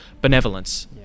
benevolence